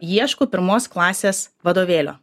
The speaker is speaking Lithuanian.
ieškau pirmos klasės vadovėlio